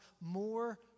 more